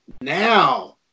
now